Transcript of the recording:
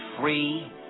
free